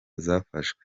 zafashwe